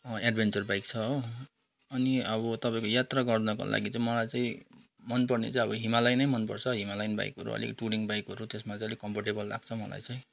adventure bike छ हो अनि अब तपाईँको यात्रा गर्नेको लागि चाहिँ मलाई चाहिँ मनपर्ने चाहिँ अब हिमालयन नै मनपर्छ हिमालयन बाइकहरू अलिकति इम्पोर्टिङ बाइकहरू कम्फोर्टेबल लाग्छ मलाई चाहिँ